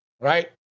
right